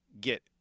get